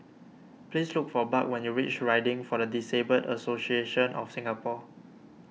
please look for Buck when you reach Riding for the Disabled Association of Singapore